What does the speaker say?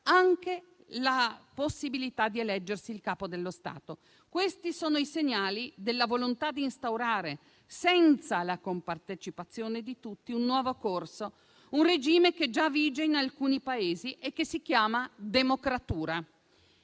anche la possibilità di eleggersi il Capo dello Stato. Questi sono i segnali della volontà di instaurare, senza la compartecipazione di tutti, un nuovo corso, un regime che già vige in alcuni Paesi e che si chiama "democratura".